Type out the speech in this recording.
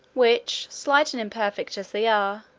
which, slight and imperfect as they are,